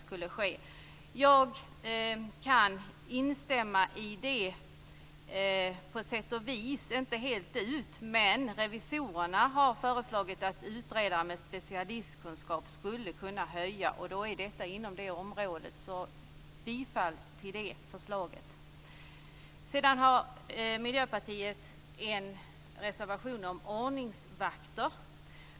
Jag kan på sätt och vis instämma i det, dock inte fullt ut. Revisorerna har i förslag talat om att utredare med specialistkunskaper skulle kunna innebära en förbättring inom detta område. Jag yrkar bifall till det förslaget. Miljöpartiet har en reservation om ordningsvakter.